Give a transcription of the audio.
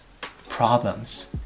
problems